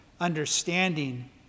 understanding